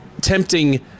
tempting